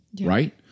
right